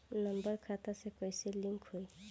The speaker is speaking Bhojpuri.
नम्बर खाता से कईसे लिंक होई?